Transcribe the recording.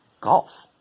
Golf